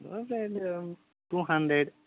లో size two hundred